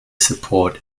support